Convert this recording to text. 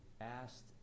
asked